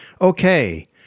Okay